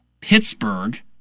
Pittsburgh